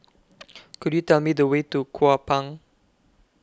Could YOU Tell Me The Way to Kupang